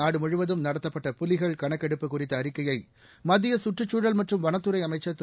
நாடுமுழுவதும் நடத்தப்பட்ட புலிகள் கணக்கெடுப்பு குறித்த அறிக்கையை மத்திய சுற்றுச்சூழல் மற்றும் வனத்துறை அமைச்சர் திரு